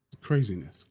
Craziness